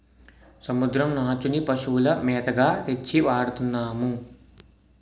సముద్రం నాచుని పశువుల మేతగా తెచ్చి వాడతన్నాము